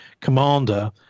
commander